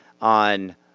on